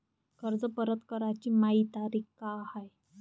कर्ज परत कराची मायी तारीख का हाय?